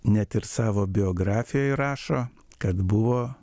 net ir savo biografijoj rašo kad buvo